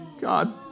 God